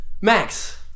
Max